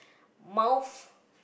mouth